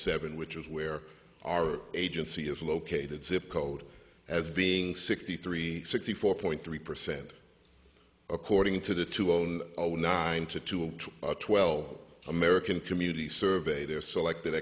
which is where our agency is located zip code as being sixty three sixty four point three percent according to the to own a one nine to two twelve american community survey their selected